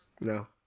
No